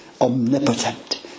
omnipotent